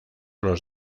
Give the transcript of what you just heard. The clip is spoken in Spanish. los